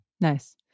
Nice